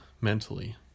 mentally